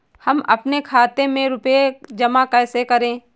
हम अपने खाते में रुपए जमा कैसे करें?